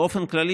באופן כללי,